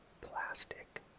plastic